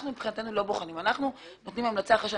אנחנו לא בוחנים, אנחנו נותנים המלצה.